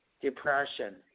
depression